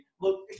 Look